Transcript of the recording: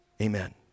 Amen